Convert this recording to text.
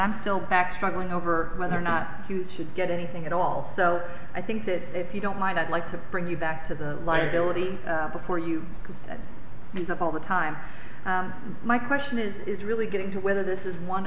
i'm still back struggling over whether or not you should get anything at all so i think that if you don't mind i'd like to bring you back to the liability before you could use up all the time my question is is really getting to whether this is one